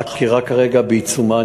החקירה כרגע בעיצומה,